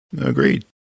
Agreed